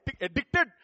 addicted